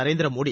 Narendra Modi